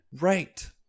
Right